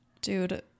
dude